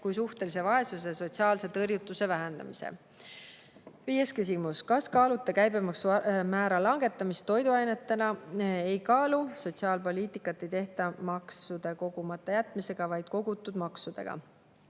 ka suhtelise vaesuse ja sotsiaalse tõrjutuse vähendamise. Viies küsimus: "Kas kaalute käibemaksumäära langetamist toiduainetele […]?" Ei kaalu, sotsiaalpoliitikat ei tehta maksude kogumata jätmisega, vaid kogutud maksudega.